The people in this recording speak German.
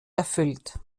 erfüllt